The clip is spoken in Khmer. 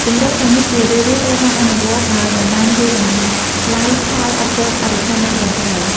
គម្រោងទាំងនេះជារឿយៗត្រូវបានអនុវត្តដោយមិនបានវាយតម្លៃផលប៉ះពាល់បរិស្ថានបានត្រឹមត្រូវ។